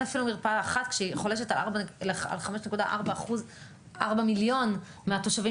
אפילו מרפאה אחת כשהיא חולשת על 5.4 מיליון מהתושבים